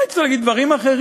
אולי צריך להגיד דברים אחרים?